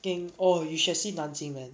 ge~ oh you should have seen nanxing